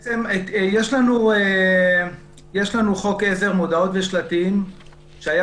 יש לנו חוק עזר מודעות ושלטים שהיה